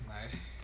Nice